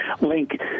link